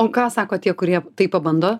o ką sako tie kurie tai pabando